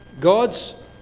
God's